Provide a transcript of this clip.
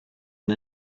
and